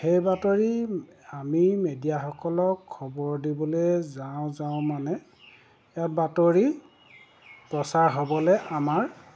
সেই বাতৰি আমি মেডিয়াসকলক খবৰ দিবলৈ যাওঁ যাওঁ মানে ইয়াত বাতৰি প্ৰচাৰ হ'বলৈ আমাৰ